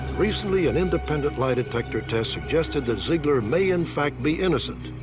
recently, an independent lie detector test suggested that zeigler may, in fact, be innocent.